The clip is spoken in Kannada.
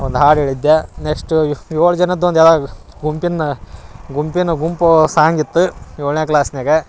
ಒಂದು ಹಾಡು ಹೇಳಿದ್ದೆ ನೆಕ್ಸ್ಟ್ ಏಳು ಜನದ ಒಂದು ಎಲಾ ಗುಂಪಿನ ಗುಂಪಿನ ಗುಂಪು ಸಾಂಗ್ ಇತ್ತು ಏಳನೇ ಕ್ಲಾಸ್ನ್ಯಾಗ